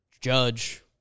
Judge